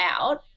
out